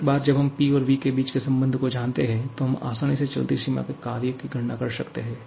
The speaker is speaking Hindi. एक बार जब हम Pऔर V के बीच के संबंध को जानते हैं तो हम आसानी से चलती सीमा के कार्य की गणना कर सकते हैं